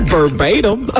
Verbatim